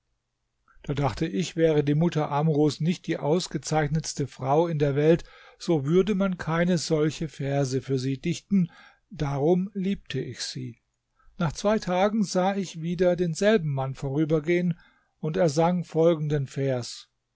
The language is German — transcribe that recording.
da dachte ich wäre die mutter amrus nicht die ausgezeichnetste frau in der welt so würde man keine solche verse für sie dichten darum liebte ich sie nach zwei tagen sah ich wieder denselben mann vorübergehen und er sang folgenden vers